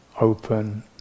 open